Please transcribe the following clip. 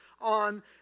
on